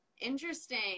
Interesting